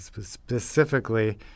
specifically